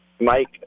Mike